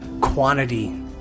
quantity